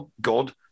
god